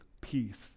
peace